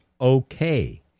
okay